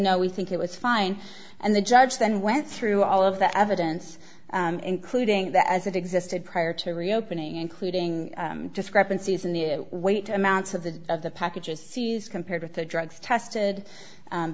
no we think it was fine and the judge then went through all of the evidence including that as it existed prior to reopening including discrepancies in the weight amounts of the of the packages compared with the drugs tested